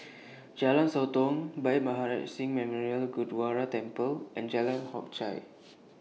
Jalan Sotong Bhai Maharaj Singh Memorial Gurdwara Temple and Jalan Hock Chye